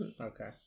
Okay